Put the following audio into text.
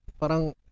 parang